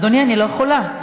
אדוני, אני לא יכולה.